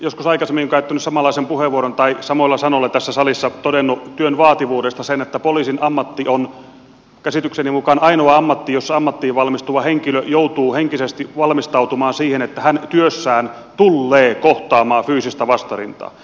joskus aikaisemmin olen käyttänyt samanlaisen puheenvuoron tai samoilla sanoilla tässä salissa todennut työn vaativuudesta sen että poliisin ammatti on käsitykseni mukaan ainoa ammatti jossa ammattiin valmistuva henkilö joutuu henkisesti valmistautumaan siihen että hän työssään tullee kohtaamaan fyysistä vastarintaa